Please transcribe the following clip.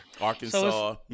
Arkansas